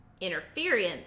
interference